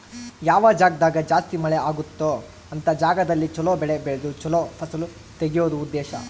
ಯಾವ ಜಾಗ್ದಾಗ ಜಾಸ್ತಿ ಮಳೆ ಅಗುತ್ತೊ ಅಂತ ಜಾಗದಲ್ಲಿ ಚೊಲೊ ಬೆಳೆ ಬೆಳ್ದು ಚೊಲೊ ಫಸಲು ತೆಗಿಯೋದು ಉದ್ದೇಶ